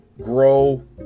grow